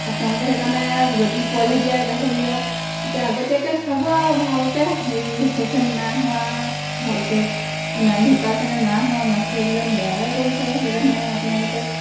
আপোনালোকে সেইকাৰণে যদি পোৱালি দিয়াই গাহৰিৰ তেতিয়া আগতীয়াকৈ চাব আৰু ভালকৈ হেৰি হৈছেনে নাই হোৱা ভালকৈ নাড়ী শুকাইছেনে নাই হোৱা মাখিয়া কিজানি বেয়াই কৰিছে সেইকাৰণে আপোনালোকে